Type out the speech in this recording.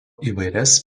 įvairias